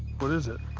what is it?